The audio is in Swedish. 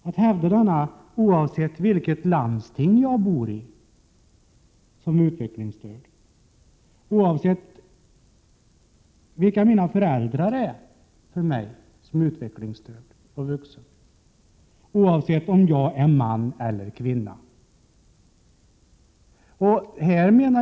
Denna skall hävdas oavsett i vilket landsting den utvecklingsstörda bor, oavsett vilka hans eller hennes föräldrar är och oavsett om det är fråga om en man eller en kvinna.